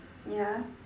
ya